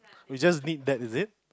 we just need that is it